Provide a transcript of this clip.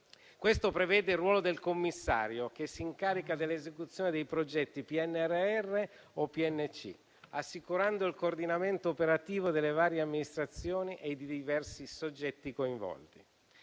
Questo prevede il ruolo del commissario che s'incarica dell'esecuzione dei progetti PNRR o PNC, assicurando il coordinamento operativo delle varie amministrazioni e dei diversi soggetti coinvolti.